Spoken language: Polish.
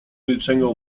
milczeniu